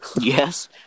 Yes